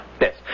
Yes